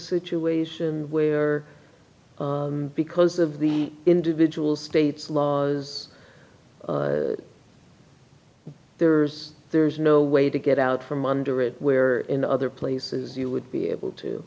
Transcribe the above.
situation where because of the individual states lawyers there's there's no way to get out from under it where in other places you would be able to